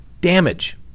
damage